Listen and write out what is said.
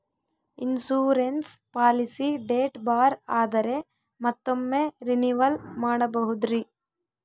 Insurance policy date ಬಾರ್ ಆದರೆ ಮತ್ತೊಮ್ಮೆ ರಿನಿವಲ್ ಮಾಡಬಹುದ್ರಿ?